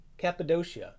Cappadocia